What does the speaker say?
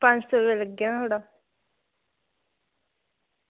पंज सौ रपेआ लग्गी जाना थुआढ़ा